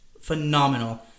phenomenal